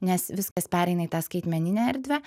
nes viskas pereina į tą skaitmeninę erdvę